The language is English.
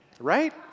right